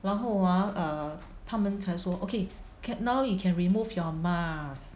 然后 ah err 他们才说 okay can now you can remove your mask